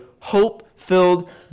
hope-filled